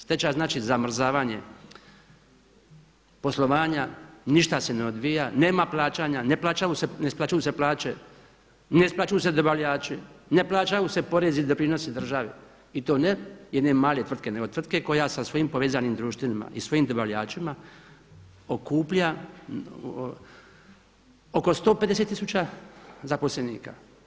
Stečaj znači zamrzavanje poslovanja, ništa se ne odvija, nema plaćanja, ne isplaćuju se plaće, ne isplaćuju se dobavljači, ne plaćaju se porezi i doprinosi države i to ne jedne male tvrtke nego tvrtke koja sa svojim povezanim društvima i svojim dobavljačima okuplja oko 150 tisuća zaposlenika.